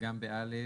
גם ב-(א)